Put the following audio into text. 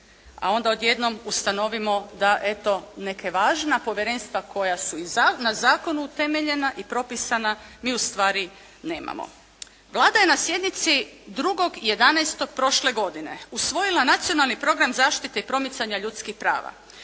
A onda odjednom ustanovimo da eto neka važna povjerenstva koja su na zakonu utemeljena i propisana mi ustvari nemamo. Vlada je na sjednici 2.11. prošle godine usvojila Nacionalni program zaštite i promicanja ljudskih prava